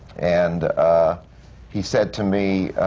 and he said to me,